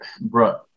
bro